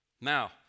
now